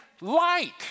light